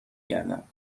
گردم